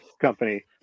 company